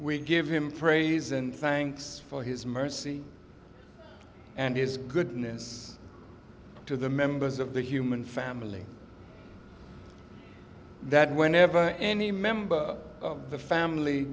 we give him praise and thanks for his mercy and his goodness to the members of the human family that whenever any member of the family